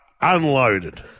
Unloaded